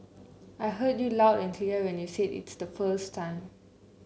I heard you loud and clear when you said it the first time